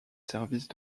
services